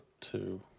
two